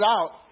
out